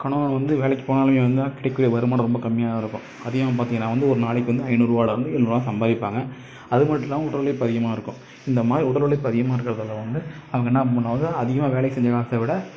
கணவன் வந்து வேலைக்கு போனாலுமே வந்து கிடைக்கூடிய வருமானம் ரொம்ப கம்மியாக தான் இருக்கும் அதிகமாக பார்த்தீங்கன்னா வந்து ஒரு நாளைக்கு வந்து ஐநூறுவாலருந்து எழுநூறுவா சம்பாரிப்பாங்க அது மட்டும் இல்லாம உடல் உழைப்பு அதிகமாக இருக்கும் இந்த மாதிரி உடல் உழைப்பு அதிகமாக இருக்கிறதால வந்து அவங்க என்னா பண்ணுவாங்க அதிகமாக வேலை செஞ்ச நேரத்தை விட